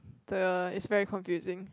the it's very confusing